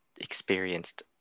experienced